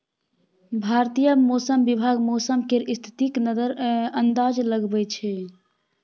भारतीय मौसम विभाग मौसम केर स्थितिक अंदाज लगबै छै